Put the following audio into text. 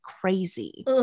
crazy